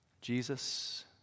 Jesus